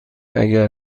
اگر